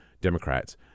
Democrats